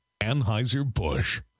Anheuser-Busch